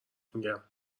میگم